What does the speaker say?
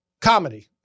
comedy